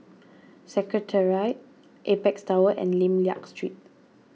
Secretariat Apex Tower and Lim Liak Street